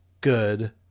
good